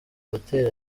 hotel